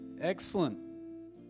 excellent